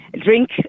drink